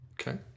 Okay